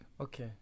Okay